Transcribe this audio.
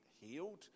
healed